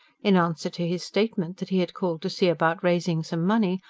in answer to his statement that he had called to see about raising some money,